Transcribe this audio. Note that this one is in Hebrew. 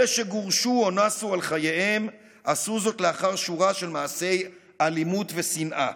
אלו שגורשו או נסו על חייהם עשו זאת לאחר שורה של מעשי אלימות ושנאה.